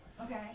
Okay